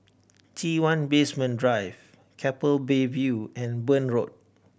T One Basement Drive Keppel Bay View and Burn Road